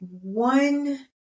one